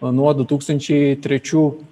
nuo du tūkstančiai trečių